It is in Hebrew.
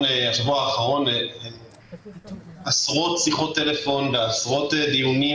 האחרון עשרות שיחות טלפון ועשרות דיונים,